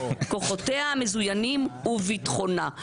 כוחותיה המזוינים וביטחונה.